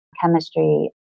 chemistry